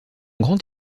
grand